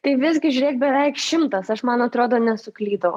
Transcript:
tai visgi žiūrėk beveik šimtas aš man atrodo nesuklydau